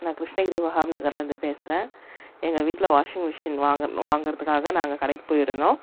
நான் கிருஷ்ணகிரி வஹாப் நகரிலேருந்து பேசுகிறேன் எங்கள் வீட்டில் வாஷிங் மிஷின் வாங்கன் வாங்கிறதுக்காக நாங்கள் கடைக்குப் போயிருந்தோம்